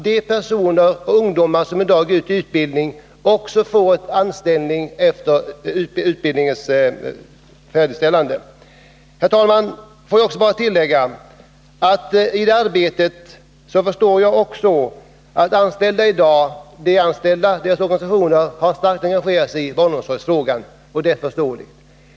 De ungdomar som i dag får utbildning bör också få anställning efter utbildningstiden. De anställda har starkt engagerat sig i barnomsorgsfrågan. Det är förståeligt.